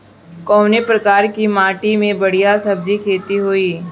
कवने प्रकार की माटी में बढ़िया सब्जी खेती हुई?